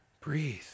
breathe